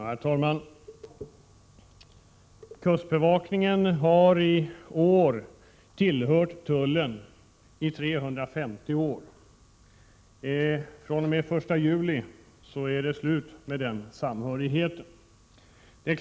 Herr talman! Kustbevakningen har i år tillhört tullen i 350 år. fr.o.m. den 1 juli är det slut med den samhörigheten.